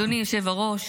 אדוני היושב-ראש,